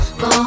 go